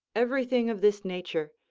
everything of this nature,